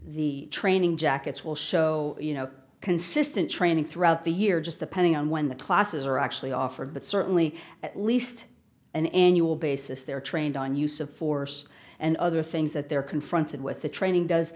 the training jackets will show you know consistent training throughout the year just the putting on when the classes are actually offered but certainly at least an annual basis they're trained on use of force and other things that they're confronted with the training does